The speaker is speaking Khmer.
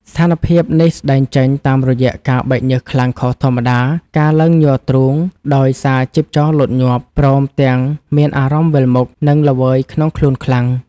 ស្ថានភាពនេះស្តែងចេញតាមរយៈការបែកញើសខ្លាំងខុសធម្មតា ការឡើងញ័រទ្រូងដោយសារជីពចរលោតញាប់ ព្រមទាំងមានអារម្មណ៍វិលមុខ និងល្វើយក្នុងខ្លួនខ្លាំង។